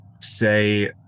say